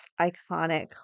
Iconic